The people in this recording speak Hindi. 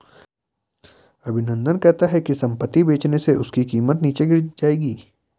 अभिनंदन कहता है कि संपत्ति बेचने से उसकी कीमत नीचे गिर जाएगी